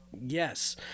yes